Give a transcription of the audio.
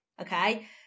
okay